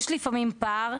יש לפעמים פער.